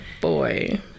boy